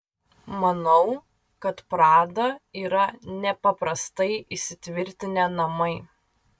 manau kad prada yra nepaprastai įsitvirtinę namai